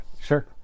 Sure